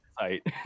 Right